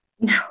No